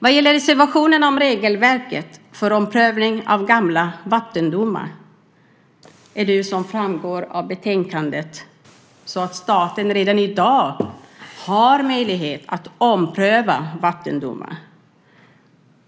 Vad gäller reservationen om regelverket för omprövning av gamla vattendomar är det ju, som framgår av betänkandet, så att staten redan i dag har möjlighet att ompröva vattendomar.